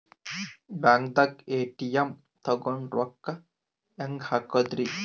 ಬ್ಯಾಂಕ್ದಾಗ ಎ.ಟಿ.ಎಂ ತಗೊಂಡ್ ರೊಕ್ಕ ಹೆಂಗ್ ಹಾಕದ್ರಿ?